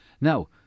Now